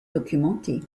documentés